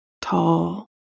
tall